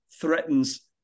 threatens